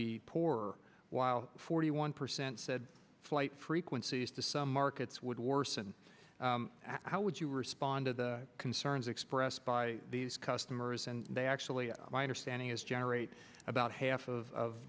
be poor while forty one percent said flight frequencies to some markets would worsen how would you respond to the concerns expressed by these customers and they actually a minor standing is generate about half of